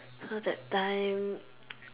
so that time